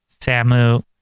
Samu